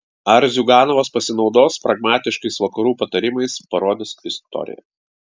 ar ziuganovas pasinaudos pragmatiškais vakarų patarimais parodys istorija